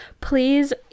please